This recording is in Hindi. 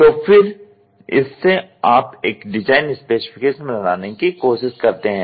तो फिर इससे आप एक डिज़ाइन स्पेसिफिकेशन बनाने की कोशिश करते हैं